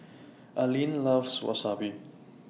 Allyn loves Wasabi